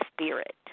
spirit